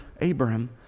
Abraham